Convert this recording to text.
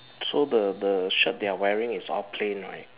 so the the shirt they are wearing is all plain right